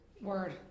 Word